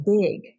big